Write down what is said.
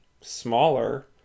smaller